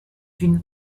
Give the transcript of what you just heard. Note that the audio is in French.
une